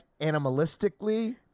animalistically